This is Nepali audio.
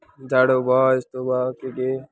जाडो भयो यस्तो भयो के के